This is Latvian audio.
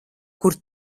kur